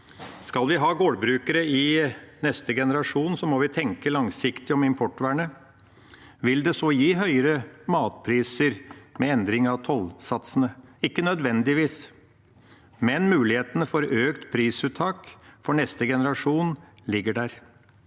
Skal vi ha gårdbrukere i neste generasjon, må vi tenke langsiktig om importvernet. Vil det gi høyere matpriser med endring av tollsatsene? Ikke nødvendigvis, men mulighetene for økt prisuttak for neste generasjon ligger der.